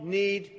need